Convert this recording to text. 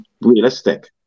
realistic